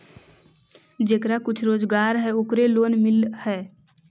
जेकरा कुछ रोजगार है ओकरे लोन मिल है?